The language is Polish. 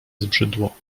zbrzydło